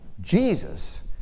Jesus